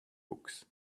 books